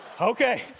okay